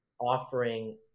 offering